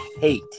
hate